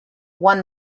one